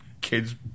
kid's